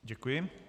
Děkuji.